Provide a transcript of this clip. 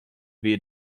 wie